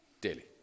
daily